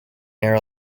near